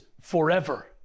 forever